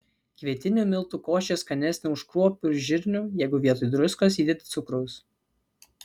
kvietinių miltų košė skanesnė už kruopų ir žirnių jeigu vietoj druskos įdedi cukraus